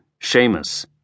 Seamus